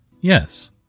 Yes